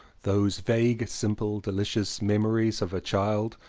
those vague simple delicious mem ories of a child,